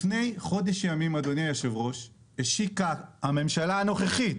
לפני חודש ימים השיקה הממשלה הנוכחית,